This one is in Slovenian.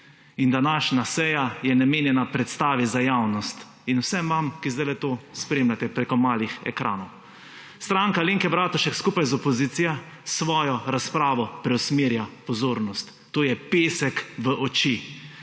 In današnja seja je namenjena predstavi za javnost in vsem vam, ki sedale to spremljate preko malih ekranov. Stranka Alenke Bratušek skupaj z opozicijo svojo razpravo preusmerja pozornost. To je pesek v oči,